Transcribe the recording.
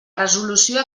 resolució